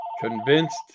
Convinced